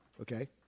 okay